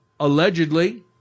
Allegedly